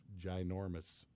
ginormous